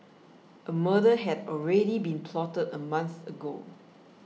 a murder had already been plotted a month ago